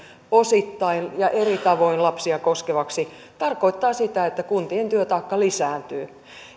osittain ja eri tavoin lapsia koskevaksi tarkoittavat sitä että kuntien työtaakka lisääntyy